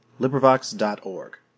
LibriVox.org